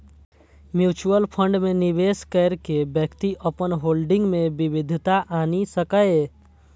mutual fund मे निवेश कैर के व्यक्ति अपन होल्डिंग मे विविधता आनि सकैए